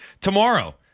tomorrow